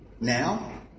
Now